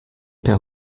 per